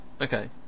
Okay